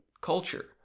culture